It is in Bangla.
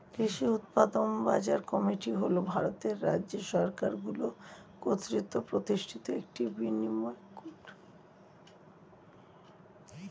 কৃষি উৎপাদন বাজার কমিটি হল ভারতের রাজ্য সরকারগুলি কর্তৃক প্রতিষ্ঠিত একটি বিপণন বোর্ড